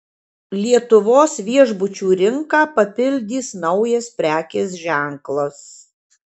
lietuvos viešbučių rinką papildys naujas prekės ženklas